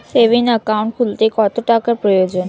Savings account খুলতে কত টাকার প্রয়োজন?